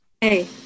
Hey